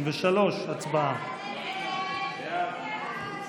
33. הצבעה.